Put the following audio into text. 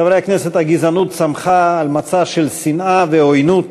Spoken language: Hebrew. חברי הכנסת, הגזענות צמחה על מצע של שנאה ועוינות,